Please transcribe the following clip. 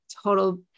total